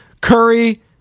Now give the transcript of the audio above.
Curry